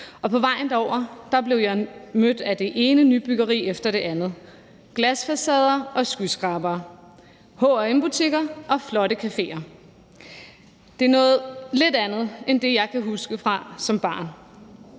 På vejen derover blev jeg mødt af det ene nybyggeri efter det andet: glasfacader og skyskrabere, H&M-butikker og flotte caféer. Det er noget lidt andet end det, jeg kan huske fra min